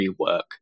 rework